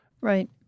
Right